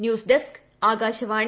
news desk Akashvani